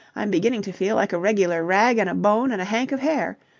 i'm beginning to feel like a regular rag and a bone and a hank of hair.